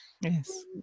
Yes